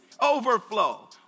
Overflow